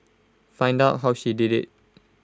find out how she did IT